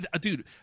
dude